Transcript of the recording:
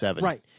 Right